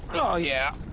ah, yeah.